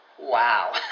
Wow